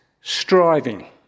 striving